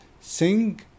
sing